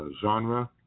genre